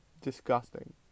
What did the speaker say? disgusting